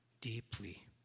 deeply